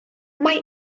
mae